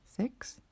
Six